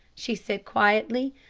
she said quietly.